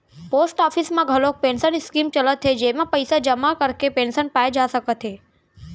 post office म घलोक pension scheme चलत हे जेमा पइसा जमा करके पेंसन पाए जा सकत हे